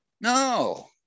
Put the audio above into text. No